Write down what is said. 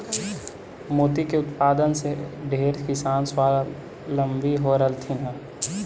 मोती के उत्पादन से ढेर किसान स्वाबलंबी हो रहलथीन हे